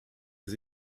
les